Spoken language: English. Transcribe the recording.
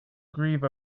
grieve